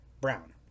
brown